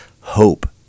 hope